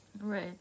Right